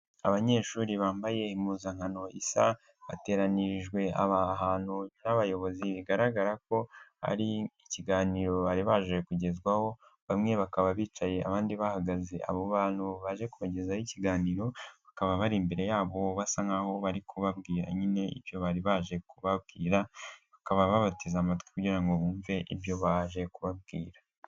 Abanyeshuri bambaye impuzankano isa, bateranirijwe ahantu n'abayobozi bigaragara ko hari ikiganiro bari baje kugezwaho bamwe bakaba bicaye abandi bahaga. Abo bantu baje kubagezaho ikiganiro bakaba bari imbere yabo basa nkaho bari kubabwira nyine icyo bari baje kubabwira, bakaba babateze amatwi kugira ngo bumve ibyo baje kubabwira.